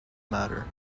matter